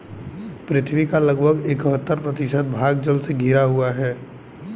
पृथ्वी का लगभग इकहत्तर प्रतिशत भाग जल से घिरा हुआ है